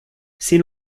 sin